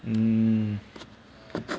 mm